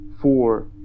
four